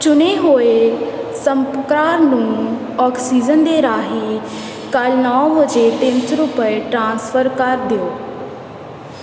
ਚੁਣੇ ਹੋਏ ਸੰਪਰਕਾਂ ਨੂੰ ਆਕਸੀਜਨ ਦੇ ਰਾਹੀਂ ਕੱਲ੍ਹ ਨੌਂ ਵਜੇ ਤਿੰਨ ਸੌ ਰੁਪਏ ਰੁਪਏ ਟ੍ਰਾਂਸਫਰ ਕਰ ਦਿਓ